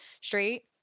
straight